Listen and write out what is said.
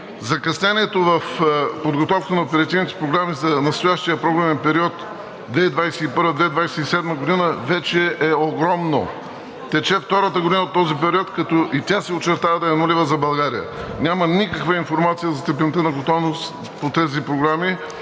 Закъснението в подготовката на оперативните програми за настоящия програмен период 2021 – 2027 г. вече е огромно. Тече втората година от този период, като и тя се очертава да е „нулева“ за България. Няма никаква информация за степента на готовност по тези програми